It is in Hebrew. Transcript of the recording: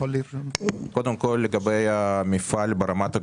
קודם כל, לגבי המפעל ברמת הגולן.